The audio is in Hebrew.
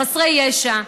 חסרי ישע,